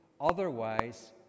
Otherwise